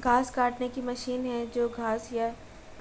घास काटने की मशीन है जो घास या